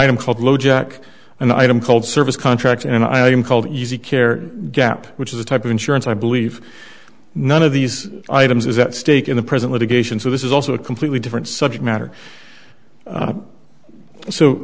item called lo jack and item called service contracts and i am called easy care gap which is a type of insurance i believe none of these items is at stake in the present litigation so this is also a completely different subject matter